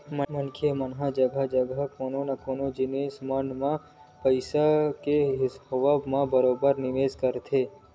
मनखे मन ह जघा जघा कोनो न कोनो जिनिस मन म पइसा के होवब म बरोबर निवेस करके रखथे